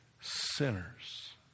sinners